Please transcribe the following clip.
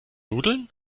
nudeln